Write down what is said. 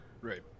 right